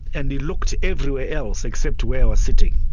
and he looked everywhere else except where i was sitting.